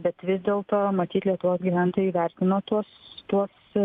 bet vis dėlto matyt lietuvos gyventojai įvertino tuos tuos